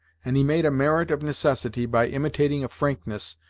and he made a merit of necessity by imitating a frankness,